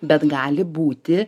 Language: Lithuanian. bet gali būti